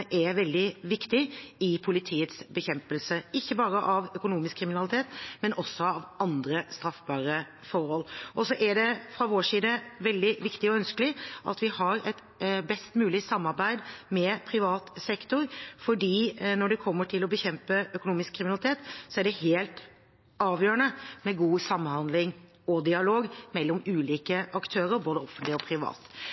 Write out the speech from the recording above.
er veldig viktige i politiets bekjempelse ikke bare av økonomisk kriminalitet, men også av andre straffbare forhold. Så er det fra vår side veldig viktig og ønskelig at vi har et best mulig samarbeid med privat sektor, for når det kommer til å bekjempe økonomisk kriminalitet, er det helt avgjørende med god samhandling og dialog mellom